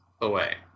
away